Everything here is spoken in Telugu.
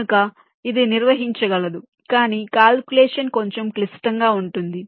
కనుక ఇది నిర్వహించగలదు కాని కాల్కులేషన్ కొంచెం క్లిష్టంగా ఉంటుంది